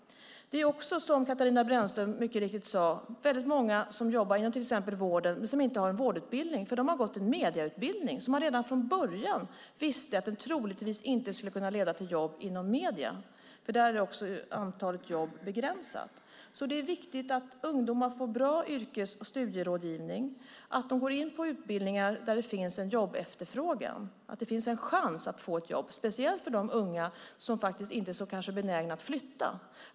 Som Katarina Brännström mycket riktigt sade är det många som jobbar inom till exempel vården som inte har någon vårdutbildning. De har gått en medieutbildning som man redan från början visste att den troligtvis inte skulle kunna leda till jobb inom medierna, där antalet jobb är begränsat. Det är viktigt att ungdomar får bra yrkes och studierådgivning och att de går in på utbildningar där det finns en jobbefterfrågan, så att det finns en chans att få ett jobb, speciellt för de unga som inte är så benägna att flytta.